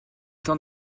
temps